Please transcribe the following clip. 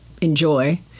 enjoy